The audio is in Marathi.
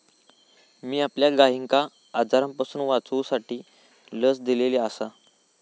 मी आपल्या गायिंका आजारांपासून वाचवूसाठी लस दिलेली आसा